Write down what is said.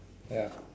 ya